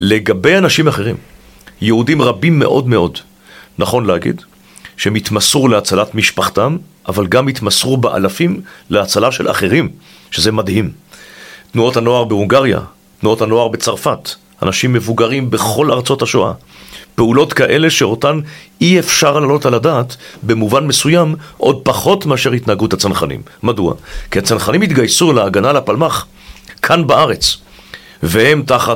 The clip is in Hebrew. לגבי אנשים אחרים, יהודים רבים מאוד מאוד, נכון להגיד, שמתמסרו להצלת משפחתם, אבל גם התמסרו באלפים להצלה של אחרים, שזה מדהים. תנועות הנוער בהונגריה, תנועות הנוער בצרפת, אנשים מבוגרים בכל ארצות השואה. פעולות כאלה שאותן אי אפשר להעלות על הדעת, במובן מסוים, עוד פחות מאשר התנהגות הצנחנים. מדוע? כי הצנחנים התגייסו להגנה לפלמ״ח כאן בארץ, והם תחתו.